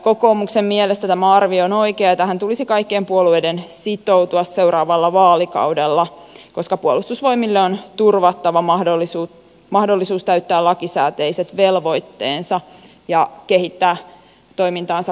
kokoomuksen mielestä tämä arvio on oikea ja tähän tulisi kaikkien puolueiden sitoutua seuraavalla vaalikaudella koska puolustusvoimille on turvattava mahdollisuus täyttää lakisääteiset velvoitteensa ja kehittää toimintaansa pitkäjänteisesti